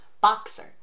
Boxer